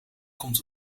komt